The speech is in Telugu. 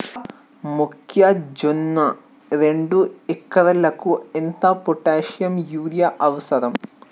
మొక్కజొన్న రెండు ఎకరాలకు ఎంత పొటాషియం యూరియా అవసరం?